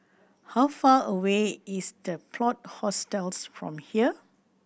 how far away is The Plot Hostels from here